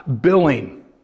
billing